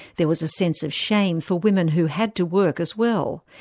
there was a sense of shame for women who had to work as well.